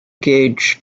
gauge